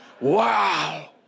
wow